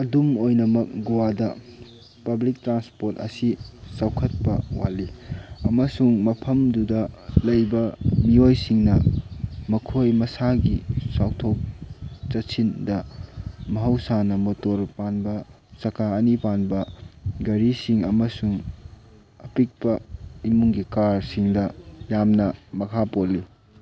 ꯑꯗꯨꯝ ꯑꯣꯏꯅꯃꯛ ꯒꯣꯋꯥꯗ ꯄꯥꯕ꯭ꯂꯤꯛ ꯇ꯭ꯔꯥꯟꯁꯄꯣꯔꯠ ꯑꯁꯤ ꯆꯥꯎꯈꯠꯄ ꯋꯥꯠꯂꯤ ꯑꯃꯁꯨꯡ ꯃꯐꯝꯗꯨꯅ ꯂꯩꯕ ꯃꯤꯑꯣꯏꯁꯤꯡꯅ ꯃꯈꯣꯏ ꯃꯁꯥꯒꯤ ꯆꯠꯊꯣꯛ ꯆꯠꯁꯤꯟꯗ ꯃꯍꯧꯁꯥꯅ ꯃꯣꯇꯣꯔ ꯄꯥꯟꯕ ꯆꯀꯥ ꯑꯅꯤ ꯄꯥꯟꯕ ꯒꯥꯔꯤꯁꯤꯡ ꯑꯃꯁꯨꯡ ꯑꯄꯤꯛꯀ ꯏꯄꯨꯡꯒꯤ ꯀꯥꯔꯁꯤꯡꯗ ꯌꯥꯝꯅ ꯃꯈꯥ ꯄꯣꯜꯂꯤ